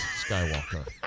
Skywalker